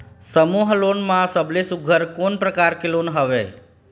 समूह लोन मा सबले सुघ्घर कोन प्रकार के लोन हवेए?